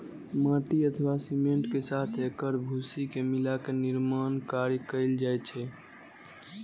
माटि अथवा सीमेंट के साथ एकर भूसी के मिलाके निर्माण कार्य कैल जाइ छै